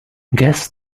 guess